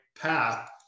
path